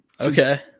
Okay